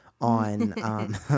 on